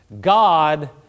God